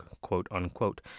quote-unquote